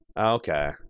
Okay